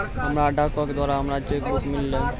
हमरा डाको के द्वारा हमरो चेक बुक मिललै